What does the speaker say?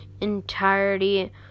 entirety